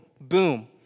Boom